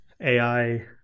AI